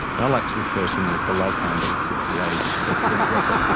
and i like to refer to them as the love handles of the aged sex demographic,